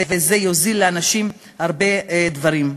וזה יוזיל לאנשים הרבה דברים.